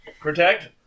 Protect